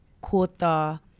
quota